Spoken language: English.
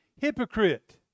Hypocrite